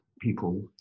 people